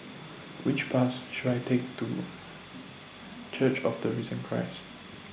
Which Bus should I Take to Church of The Risen Christ